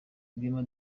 rwema